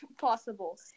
possible